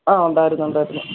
ആ ഉണ്ടായിരുന്നുണ്ടായിരുന്നു